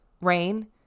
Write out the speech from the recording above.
rain